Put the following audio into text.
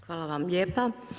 Hvala vam lijepo.